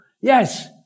yes